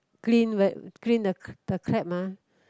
clean clean the the crab mah